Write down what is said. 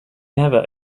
never